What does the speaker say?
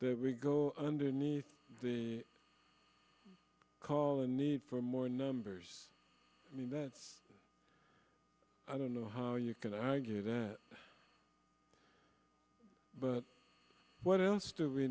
that we go underneath the call the need for more numbers i mean that's i don't know how you can argue that but what else to